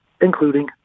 including